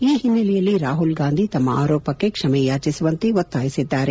ಈ ಹಿನ್ನೆಲೆಯಲ್ಲಿ ರಾಹುಲ್ಗಾಂಧಿ ತಮ್ಮ ಆರೋಪಕ್ಕೆ ಕ್ಷಮೆಯಾಚಿಸುವಂತೆ ಒತ್ತಾಯಿಸಿದ್ದಾರೆ